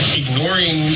ignoring